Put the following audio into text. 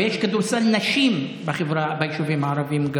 ויש גם כדורסל נשים ביישובים הערביים.